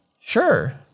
Sure